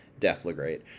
Deflagrate